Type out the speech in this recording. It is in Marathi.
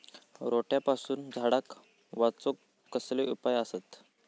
रोट्यापासून झाडाक वाचौक कसले उपाय आसत?